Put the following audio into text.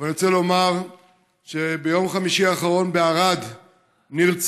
ואני רוצה לומר שביום חמישי האחרון בערד נרצח